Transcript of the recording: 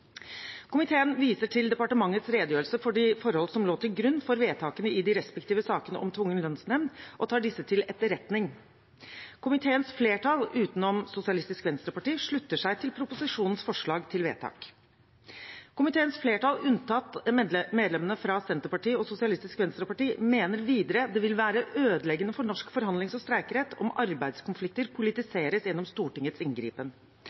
Komiteen viser til departementets redegjørelse for de forhold som lå til grunn for vedtakene i de respektive sakene om tvungen lønnsnemnd, og tar disse etterretning. Komiteens flertall, alle utenom Sosialistisk Venstreparti, slutter seg til proposisjonens forslag til vedtak. Komiteens flertall, unntatt medlemmene fra Senterpartiet og Sosialistisk Venstreparti, mener videre det vil være ødeleggende for norsk forhandlings- og streikerett om arbeidskonflikter politiseres gjennom Stortingets inngripen.